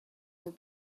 were